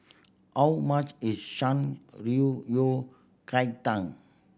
how much is Shan Rui Yao Cai Tang